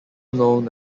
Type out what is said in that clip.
known